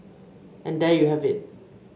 and there you have it